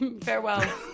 farewell